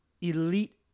elite